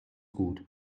gut